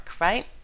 right